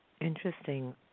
Interesting